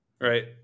right